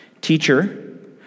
Teacher